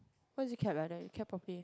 what is this cap like that cap properly